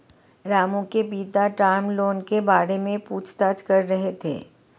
रामू के पिता term loan के बारे में पूछताछ कर रहे थे